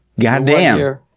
Goddamn